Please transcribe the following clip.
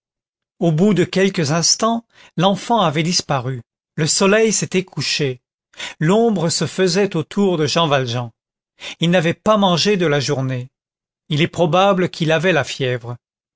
au bout de quelques instants l'enfant avait disparu le soleil s'était couché l'ombre se faisait autour de jean valjean il n'avait pas mangé de la journée il est probable qu'il avait la fièvre